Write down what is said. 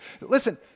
Listen